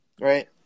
right